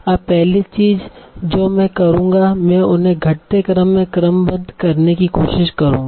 अब पहली चीज जो मैं करूंगा मैं उन्हें घटते क्रम में क्रमबद्ध करने की कोशिश करूंगा